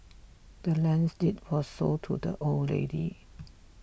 the land's deed was sold to the old lady